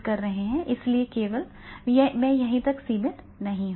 इसलिए मैं केवल वहीं तक सीमित रहूंगा